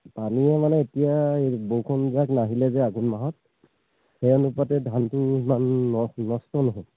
পানীয়ে মানে এতিয়া এই বৰষুণ যাক নাহিলে যে আঘোণ মাহত সেই অনুপাতে ধানটো ইমান ন নষ্ট নহ'ল